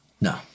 No